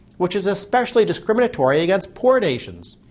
which is especially discriminatory against poor nations.